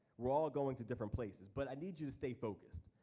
we're all going to different places, but i need you to stay focused.